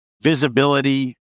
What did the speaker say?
visibility